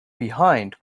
behind